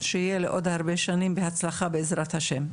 שיהיה לעוד הרבה שנים בהצלחה, בעזרת השם.